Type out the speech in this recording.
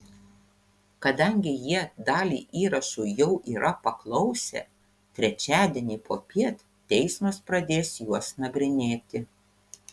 kadangi jie dalį įrašų jau yra paklausę trečiadienį popiet teismas pradės juos nagrinėti